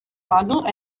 bugle